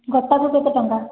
ଗୋଟାକୁ କେତେ ଟଙ୍କା